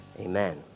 Amen